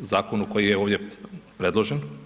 zakonu koji je ovdje preložen.